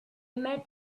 met